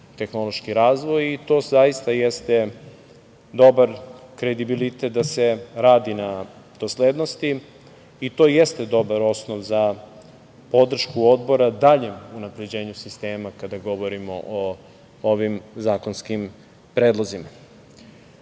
tehnološki razvoj i to zaista jeste dobar kredibilitet da se radi na doslednosti i to i jeste dobar osnov za podršku Odbora daljem unapređenju sistema kada govorimo o ovim zakonskim predlozima. Poštovani